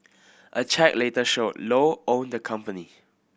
a check later showed Low owned the company